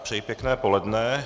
Přeji pěkné poledne.